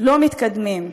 לא מתקדמים.